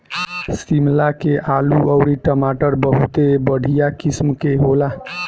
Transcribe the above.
शिमला के आलू अउरी टमाटर बहुते बढ़िया किसिम के होला